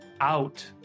out